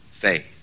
faith